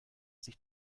sich